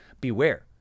Beware